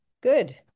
Good